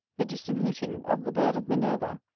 the distant whooting of the bird of minerva,